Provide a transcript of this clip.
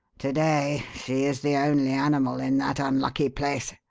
to-day she is the only animal in that unlucky place.